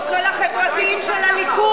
איפה כל החברתיים של הליכוד?